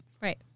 Right